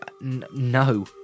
No